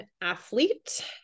athlete